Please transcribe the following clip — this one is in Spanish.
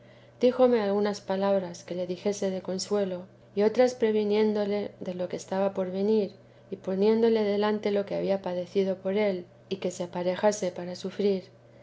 dijome algunas palabras que le dijese de consuelo y otras previniéndole de lo que estaba por venir y poniéndole delante lo que había padecido por él y que se aparejase para sufrir